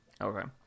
okay